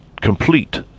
complete